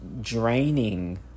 Draining